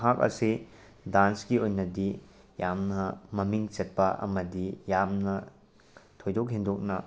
ꯃꯍꯥꯛ ꯑꯁꯤ ꯗꯥꯟꯁꯀꯤ ꯑꯣꯏꯅꯗꯤ ꯌꯥꯝꯅ ꯃꯃꯤꯡ ꯆꯠꯄ ꯑꯃꯗꯤ ꯌꯥꯝꯅ ꯊꯣꯏꯗꯣꯛ ꯍꯦꯟꯗꯣꯛꯅ